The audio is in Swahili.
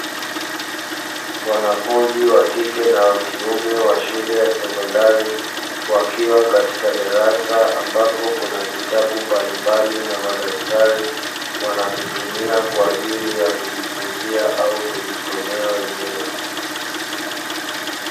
Wanafunzi wakike na wakiume wa shule ya sekondari wakiwa katika darasa, ambapo kuna vitabu mbalimbali na madaftari wanavitumia kwa ajili ya kujifunzia au kujisomea wenyewe.